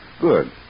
Good